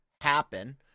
happen